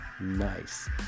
Nice